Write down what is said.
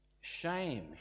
shame